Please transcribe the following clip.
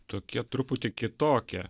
tokie truputį kitokie